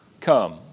come